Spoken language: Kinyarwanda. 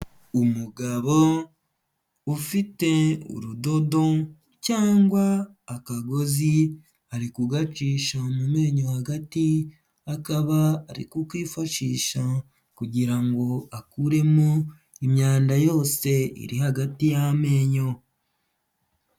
Umugabo ufite urudodo cyangwa akagozi ari kugacisha mu menyo hagati, akaba ari kukifashisha kugira ngo akuremo imyanda yose iri hagati y'amenyo.